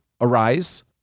arise